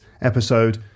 episode